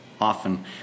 often